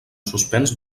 suspens